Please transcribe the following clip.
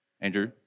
Andrew